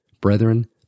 Brethren